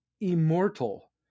immortal